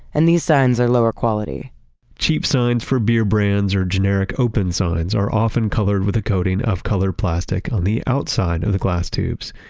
and these signs are lower quality cheap signs for beer brands or generic open signs are often colored with a coating of colored plastic on the outside of the glass tubes.